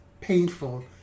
painful